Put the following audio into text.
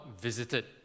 visited